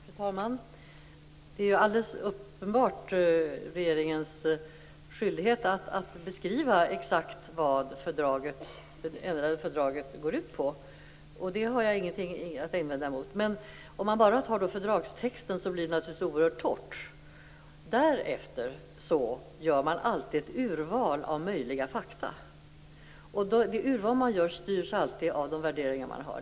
Fru talman! Det är alldeles uppenbart regeringens skyldighet att exakt beskriva vad fördraget går ut på. Det har jag ingenting att invända mot. Men om man bara tar fördragstexten blir det naturligtvis oerhört torrt. Därefter gör man alltid urval av möjliga fakta. Det urval man gör styrs alltid av de värderingar man har.